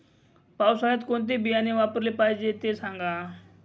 पावसाळ्यात कोणते बियाणे वापरले पाहिजे ते सांगा